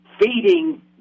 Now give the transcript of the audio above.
feeding